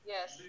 Yes